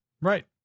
Right